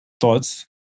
thoughts